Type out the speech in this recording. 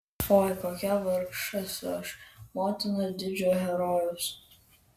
oi kokia vargšė esu aš motina didžio herojaus